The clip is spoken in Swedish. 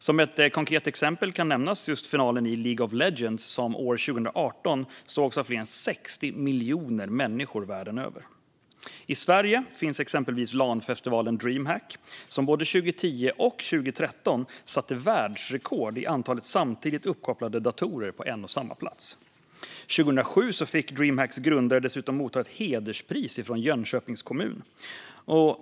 Som ett konkret exempel kan nämnas finalen i just League of Legends, som 2018 sågs av fler än 60 miljoner människor världen över. I Sverige finns exempelvis LAN-festivalen Dreamhack, som både 2010 och 2013 satte världsrekord i antal samtidigt uppkopplade datorer på en och samma plats. År 2007 fick Dreamhacks grundare dessutom motta ett hederspris från Jönköpings kommun.